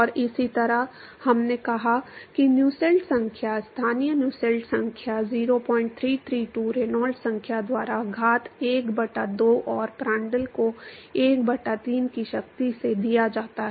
और इसी तरह हमने कहा कि नुसेल्ट संख्या स्थानीय नुसेल्ट संख्या 0332 रेनॉल्ड्स संख्या द्वारा घात 1 बटा 2 और प्रांड्टल को 1 बटा 3 की शक्ति से दिया जाता है